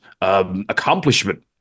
accomplishment